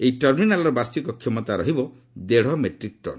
ଏହି ଟର୍ମିନାଲ୍ର ବାର୍ଷିକ କ୍ଷମତା ରହିବ ଦେଢ଼ ମେଟ୍ରିକ୍ ଟନ୍